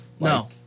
No